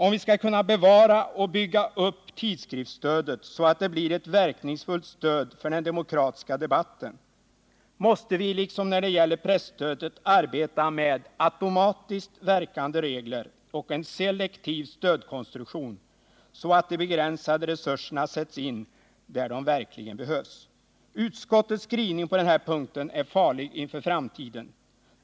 Om vi skall kunna bevara och bygga upp tidskriftsstödet så att det blir ett verkningsfullt stöd för den demokratiska debatten, måste vi liksom när det gäller presstödet arbeta med automatiskt verkande regler och en selektiv stödkonstruktion, så att de begränsade resurserna sätts in där de verkligen behövs. Utskottets skrivning på den här punkten är farlig inför framtiden.